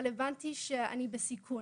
אבל אני הבנתי שאני בסיכון.